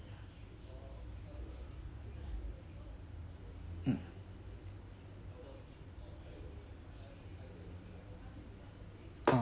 mm